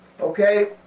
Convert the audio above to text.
Okay